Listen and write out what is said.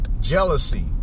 jealousy